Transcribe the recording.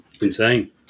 Insane